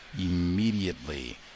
immediately